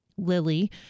lily